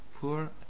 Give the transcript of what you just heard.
poor